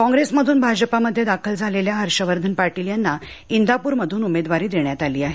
काँग्रेसमध्रन भाजपामध्ये दाखल झालेल्या हर्षवर्धन पाटील यांना इंदापूर मधून उमेदवारी देण्यात आली आहे